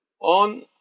on